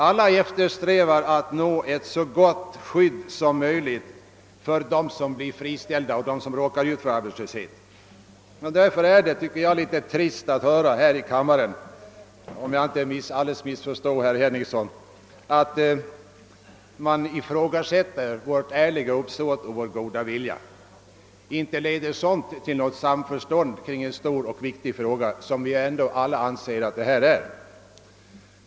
Alla eftersträvar att åstadkomma ett så gott skydd som möjligt för dem som blir friställda, för dem som råkar ut för arbetslöshet. Därför är det litet trist när man här i kammaren — om jag inte alldeles missförstod herr Henningsson — ifrågasätter vårt ärliga uppsåt och vår goda vilja. Inte leder sådant till något samförstånd i en stor och viktig fråga. Och att detta är en stor och viktig fråga anser vi ju alla.